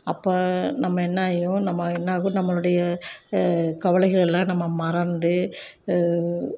அப்போ நம்ம என்ன ஆகும் நம்ம என்னாகும் நம்மளுடைய கவலைகள் எல்லாம் நம்ம மறந்து